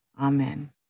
Amen